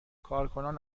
کارکنان